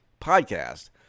podcast